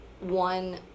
one